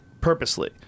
purposely